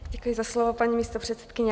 Děkuji za slovo, paní místopředsedkyně.